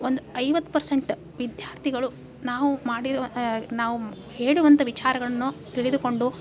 ಒಂದು ಐವತ್ತು ಪರ್ಸೆಂಟ್ ವಿದ್ಯಾರ್ಥಿಗಳು ನಾವು ಮಾಡಿರುವ ನಾವು ಹೇಳುವಂಥ ವಿಚಾರಗಳನ್ನೋ ತಿಳಿದುಕೊಂಡು